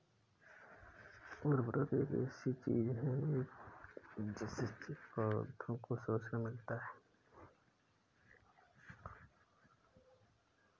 उर्वरक एक ऐसी चीज होती है जिससे पौधों को पोषण मिलता है